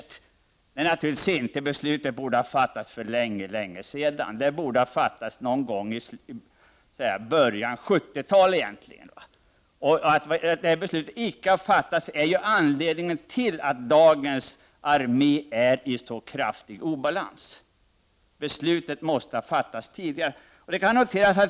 Det är det naturligtvis inte. Beslutet borde ha fattats för länge sedan, egentligen någon gång i början av 1970-talet. Att beslutet inte har fattats är anledningen till att dagens armé är i en så kraftig obalans.